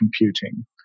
computing